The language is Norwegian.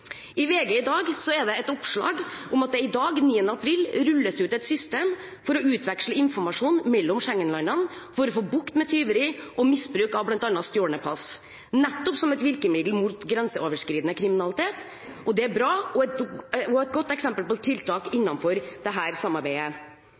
I VG i dag er det et oppslag om at det i dag, 9. april, rulles ut et system for å utveksle informasjon mellom Schengen-landene for å få bukt med tyveri og misbruk av bl.a. stjålne pass, nettopp som et virkemiddel mot grenseoverskridende kriminalitet. Det er bra og et godt eksempel på tiltak